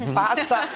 passa